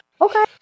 Okay